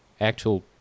actual